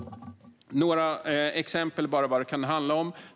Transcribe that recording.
Jag ska nämna några exempel på vad det kan handla om.